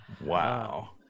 Wow